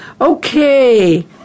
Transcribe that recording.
Okay